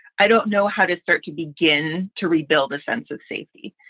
i don't know how to start to begin to rebuild a sense of safety.